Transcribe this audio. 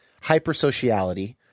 hypersociality